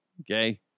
Okay